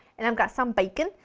and i've got some bacon,